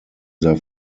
their